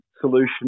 solution